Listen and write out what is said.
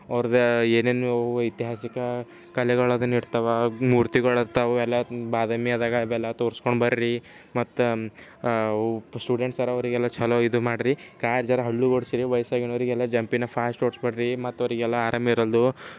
ಅವ್ರದ್ದ ಏನೇನು ಐತಿಹಾಸಿಕ ಕಲೆಗಳು ಅನ್ನೋದು ಇರ್ತವೆ ಮೂರ್ತಿಗಳು ಇರ್ತವೆ ಅವೆಲ್ಲ ಬಾದಾಮಿ ಅದಾಗ ಅವೆಲ್ಲ ತೋರಿಸ್ಕೊಂಡು ಬರ್ರಿ ಮತ್ತೆ ಸ್ಟೂಡೆಂಟ್ಸ್ ಅರ ಅವರಿಗೆಲ್ಲ ಚಲೋ ಇದು ಮಾಡ್ರಿ ಕಾರ್ ಜರ ಹಳ್ಳು ಓಡಿಸ್ರಿ ವಯಸ್ಸು ಆಗಿನವರಿಗೆಲ್ಲ ಜಂಪಿನ ಫಾಸ್ಟ್ ಓಡಿಸ ಬ್ಯಾಡ್ರಿ ಮತ್ತೆ ಅವರಿಗೆಲ್ಲ ಆರಾಮ್ ಇರಲ್ದು